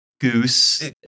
goose